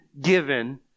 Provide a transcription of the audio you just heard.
given